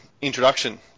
introduction